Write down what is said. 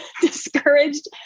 discouraged